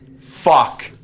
Fuck